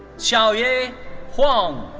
xiaoye huang.